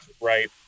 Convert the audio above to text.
right